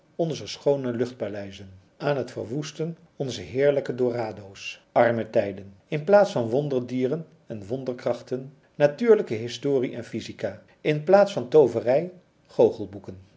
onzer schoone luchtpaleizen aan het verwoesten onzer heerlijke dorado's arme tijden in plaats van wonderdieren en wonderkrachten natuurlijke historie en physica in plaats van tooverij goochelboeken